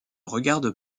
regarde